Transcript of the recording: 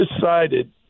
decided